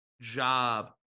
job